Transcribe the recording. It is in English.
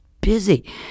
busy